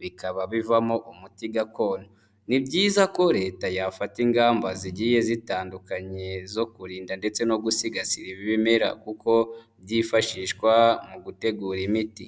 bikaba bivamo umuti gakondo, ni byiza ko Leta yafata ingamba zigiye zitandukanye zo kurinda ndetse no gusigasira ibi ibimera kuko byifashishwa mu gutegura imiti.